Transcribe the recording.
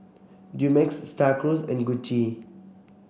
Dumex Star Cruise and Gucci